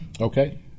Okay